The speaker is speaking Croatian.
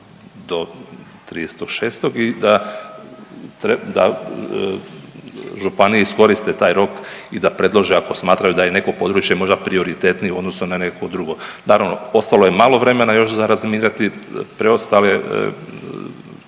do 30.6. i da županije iskoriste taj rok i da predlože ako smatraju da je neko područje možda prioritetnije u odnosu na neko drugo. Naravno ostalo je malo vremena još za razminirati preostalih